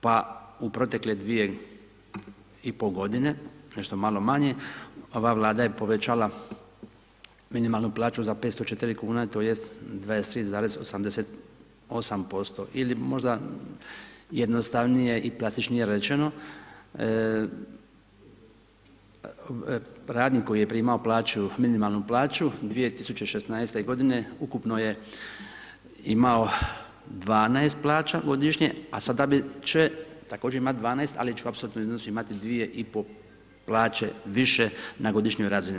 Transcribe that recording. Pa u protekle 2,5 g. nešto malo manje, ova vlada je povećala minimalnu plaću za 504 kn, tj. 23,88% ili možda jednostavnije i plastičnije rečeno, radnik koji je primao plaću,, minimalnu plaću 2016. g. ukupno je imao 12 plaća godišnje, a sada će također imati 12, ali će u apsolutnom iznosu imati 2,5 plaće više na godišnjoj razini.